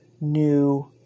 new